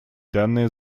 данное